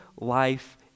life